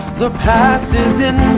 the past is in